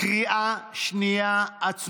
קריאה שנייה,